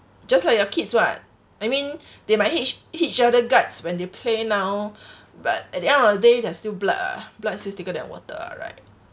just like your kids [what] I mean they might hate hate each other guts when they play now but at the end of the day they're still blood ah blood still thicker than water ah right